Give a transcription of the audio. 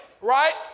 right